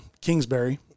kingsbury